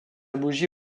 bougie